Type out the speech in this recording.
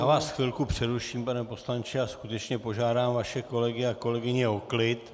Já vás chvilku přeruším, pane poslanče, a skutečně požádám vaše kolegy a kolegyně o klid.